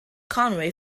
conway